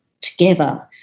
together